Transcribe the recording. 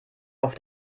auf